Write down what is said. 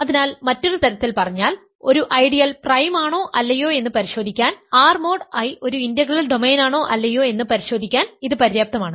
അതിനാൽ മറ്റൊരു തരത്തിൽ പറഞ്ഞാൽ ഒരു ഐഡിയൽ പ്രൈമാണോ അല്ലയോ എന്ന് പരിശോധിക്കാൻ R മോഡ് I ഒരു ഇന്റഗ്രൽ ഡൊമെയ്നാണോ അല്ലയോ എന്ന് പരിശോധിക്കാൻ ഇത് പര്യാപ്തമാണ്